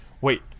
wait